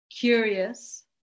curious